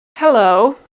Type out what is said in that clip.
Hello